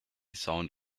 sound